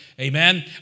amen